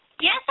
Yes